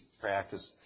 practice